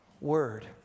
word